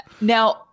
Now